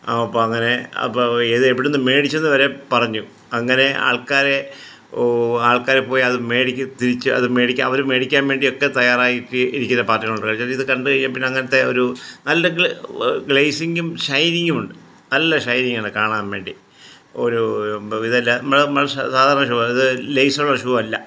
ആ അപ്പോൾ അങ്ങനെ അപ്പം ഇത് എവിടുന്ന് മേടിച്ചെന്ന് വരെ പറഞ്ഞു അങ്ങനെ ആൾക്കാരെ ഓ ആൾക്കാർ പോയി അത് മേടിച്ച് തിരിച്ച് അത് മേടിക്കാൻ അവർ മേടിക്കാൻ മേടിക്കാൻ വേണ്ടിയൊക്കെ തയ്യാറായിട്ട് ഇരിക്കുന്ന പാർട്ടികളുണ്ട് പക്ഷേ ഇത് കണ്ട് കഴിഞ്ഞാൽ പിന്നെ അങ്ങനത്തെ ഒരു നല്ല ഗ്ലേ നല്ല ഗ്ലേസിങ്ങും ഷൈനിങ്ങുമുണ്ട് നല്ല ഷൈനിങ്ങാണ് കാണാൻ വേണ്ടി ഒരു ഇതെല്ലം നമ്മൾ സാധാരണ ഷൂവാണ് ഇത് ലെസുള്ള ഷൂവല്ല